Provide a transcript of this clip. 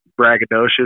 braggadocious